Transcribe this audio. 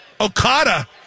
Okada